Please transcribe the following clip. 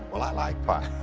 well, i like pie.